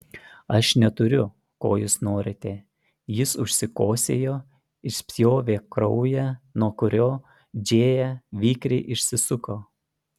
aš neturiu ko jūs norite jis užsikosėjo išspjovė kraują nuo kurio džėja vikriai išsisuko